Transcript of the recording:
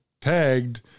tagged